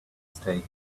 stay